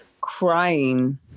crying